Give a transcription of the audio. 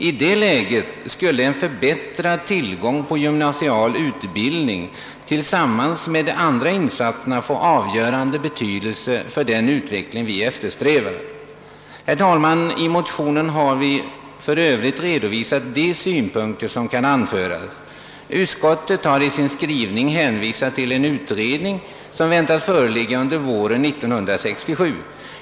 I det läget skulle en förbättrad tillgång på gymnasial utbildning tillsammans med de andra insatserna få en avgörande betydelse för den utveckling vi eftersträvar. Herr talman! I motionen har vi redovisat de synpunkter i övrigt som här kan anföras, och utskottet har i sin skrivning hänvisat till en utredning som väntas presentera sina resultat under våren 1967.